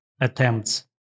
attempts